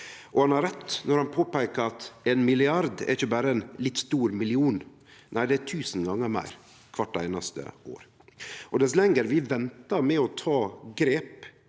han har rett når han påpeiker at ein milliard ikkje berre er ein «litt stor million». Nei, det er tusen gonger meir – kvart einaste år. Dess lenger vi ventar med å ta grep